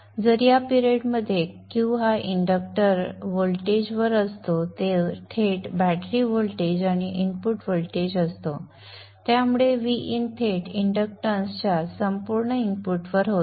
तर ज्या कालावधीत Q हा इंडक्टरवर व्होल्टेजवर असतो तो थेट बॅटरी व्होल्टेज आणि इनपुट व्होल्टेज असतो त्यामुळे Vin थेट इंडक्टन्सच्या संपूर्ण इनपुटवर होतो